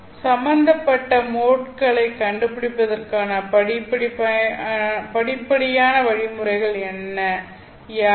சம்பந்தப்பட்ட மோட்களைக் கண்டுபிடிப்பதற்கான படிப்படியான வழிமுறைகள் என்ன யாவை